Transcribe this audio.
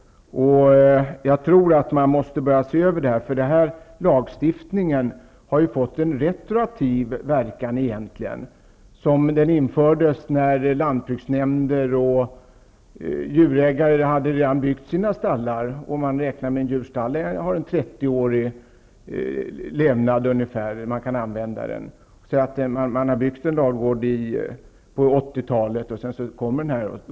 Jag tror att det är nödvändigt att se över dessa frågor. Lagstiftningen har fått en retroaktiv verkan. Den infördes när lantbruksnämnder och djurägare redan hade byggt sina stallar. Ett djurstall har ca 30 års livstid. Djurägarna kan alltså ha byggt en ladugård på 80-talet, och sedan har denna lag tillkommit.